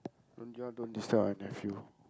don't you all don't disturb my nephew